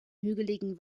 hügeligen